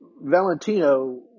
Valentino